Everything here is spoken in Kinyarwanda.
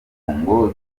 ngo